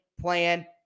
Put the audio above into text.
Plan